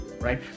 right